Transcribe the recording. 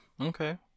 Okay